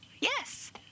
Yes